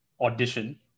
audition